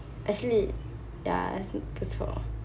actually ya is 不错